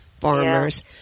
farmers